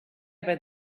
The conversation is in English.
about